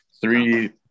three